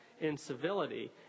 incivility